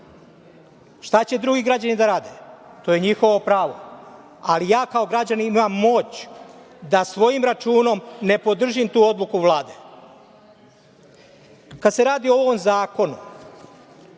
Šta će drugi građani da rade? To je njihovo pravo, ali ja kao građanin imam moć da svojim računom ne podržim tu odluku Vlade. Kada se radi o ovom zakonu,